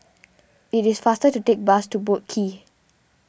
it is faster to take the bus to Boat Quay